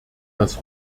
das